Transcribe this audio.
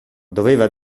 doveva